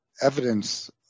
evidence